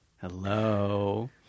hello